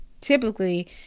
typically